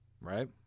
Right